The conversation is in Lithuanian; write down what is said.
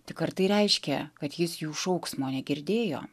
tik ar tai reiškia kad jis jų šauksmo negirdėjo